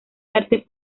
arte